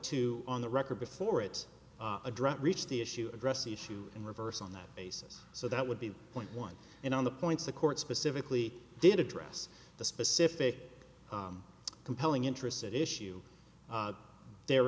to on the record before it addressed reached the issue addressed the issue in reverse on that basis so that would be point one and on the points the court specifically did address the specific compelling interests at issue there